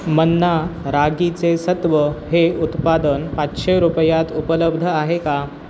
मन्ना रागीचे सत्व हे उत्पादन पाचशे रुपयात उपलब्ध आहे का